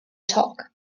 talk